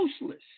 useless